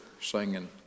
singing